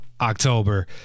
October